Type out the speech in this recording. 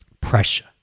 pressure